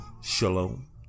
shalom